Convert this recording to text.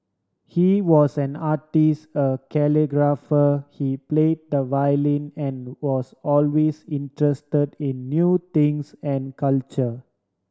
he was an artist a calligrapher he play the violin and was always interested in new things and culture